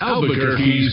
Albuquerque's